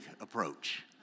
approach